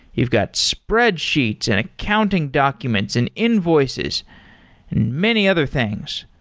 you've got spreadsheets, and accounting documents, and invoices, and many other things.